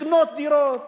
לקנות דירות